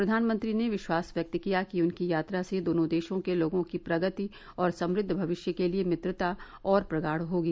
प्रधानमंत्री ने विश्वास व्यक्त किया कि उनकी यात्रा से दोनों देशों के लोगों की प्रगति और समृद्व भविष्य के लिए मित्रता और प्रगाढ़ होगी